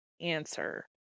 answer